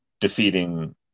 defeating